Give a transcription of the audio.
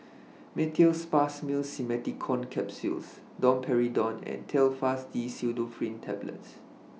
Meteospasmyl Simeticone Capsules Domperidone and Telfast D Pseudoephrine Tablets